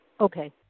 Okay